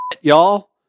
y'all